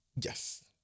Yes